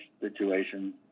situation